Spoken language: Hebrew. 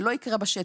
זה לא יקרה בשטח.